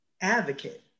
advocate